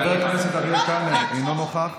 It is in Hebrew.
אני עכשיו ראיתי את חברה שלי מאי גולן בוכה בחוץ.